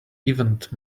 event